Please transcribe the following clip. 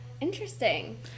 Interesting